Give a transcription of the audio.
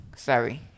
Sorry